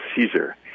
Caesar